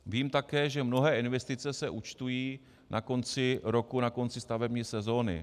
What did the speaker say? Vím také, že mnohé investice se účtují na konci roku, na konci stavební sezóny.